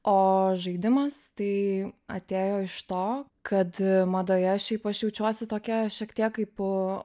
o žaidimas tai atėjo iš to kad madoje šiaip aš jaučiuosi tokia šiek tiek kaip